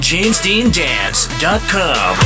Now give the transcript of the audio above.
JamesDeanDance.com